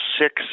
six